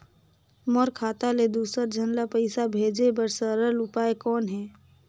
मोर खाता ले दुसर झन ल पईसा भेजे बर सरल उपाय कौन हे?